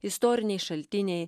istoriniai šaltiniai